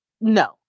No